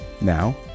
Now